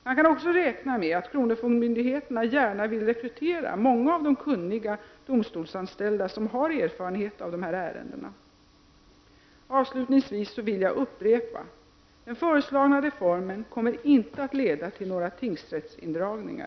Man kan också räkna med att kronofogdemyndigheterna gärna vill rekrytera många av de kunniga domstolsanställda som har erfarenhet av dessa ärenden. Avslutningsvis vill jag upprepa: Den föreslagna reformen kommer inte att leda till några tingsrättsindragningar.